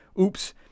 oops